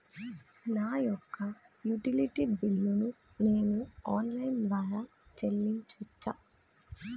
నా యొక్క utility bill ను నేను ఆన్ లైన్ ద్వారా చెల్లించొచ్చా?